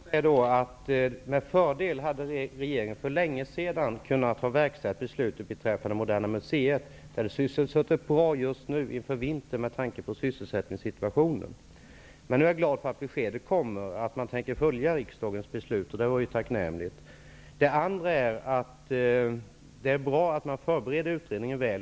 Herr talman! Regeringen hade med fördel kunnat verkställa beslutet beträffande Moderna museet för länge sedan. Det hade suttit bra inför vintern, med tanke på sysselsättningssituationen. Jag är glad över att besked nu kommer, att man tänker följa riksdagens beslut. Det är tacknämligt. Det är bra att man förbereder utredningen väl.